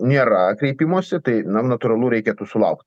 nėra kreipimosi tai na natūralu reikėtų sulaukt